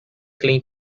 clean